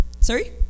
Sorry